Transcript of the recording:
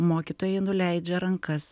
mokytojai nuleidžia rankas